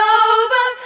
over